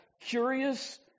curious